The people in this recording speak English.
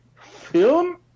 film